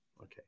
Okay